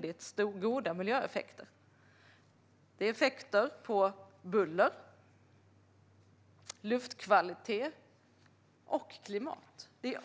Det blir effekter på buller, luftkvalitet och klimat. Det